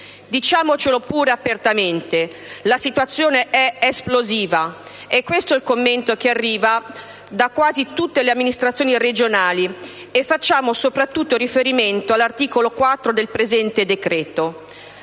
Diciamocelo pure apertamente: la situazione è esplosiva, questo è il commento che arriva da quasi tutte le amministrazioni regionali. E facciamo soprattutto riferimento all'articolo 4 del presente decreto-legge: